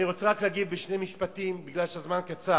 אני רוצה רק להגיד שני משפטים, כי הזמן קצר,